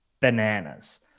bananas